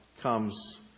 comes